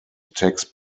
attacks